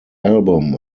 album